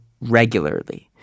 regularly